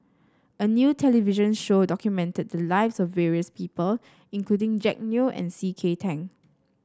a new television show documented the lives of various people including Jack Neo and C K Tang